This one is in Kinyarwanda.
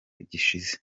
gishize